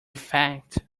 fact